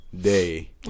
Day